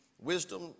Wisdom